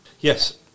Yes